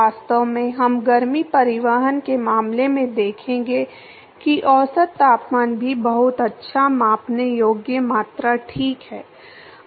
वास्तव में हम गर्मी परिवहन के मामले में देखेंगे कि औसत तापमान भी बहुत अच्छा मापने योग्य मात्रा ठीक है